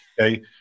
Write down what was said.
okay